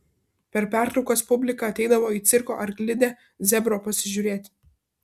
per pertraukas publika ateidavo į cirko arklidę zebro pasižiūrėti